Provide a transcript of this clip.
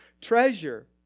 treasure